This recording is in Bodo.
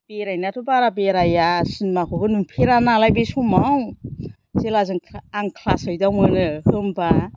बेरायनायाथ' बारा बेराया सिनिमाखौबो नुफेरा नालाय बे समाव जेला जों ख्लास ओइथआव मोनो होनबा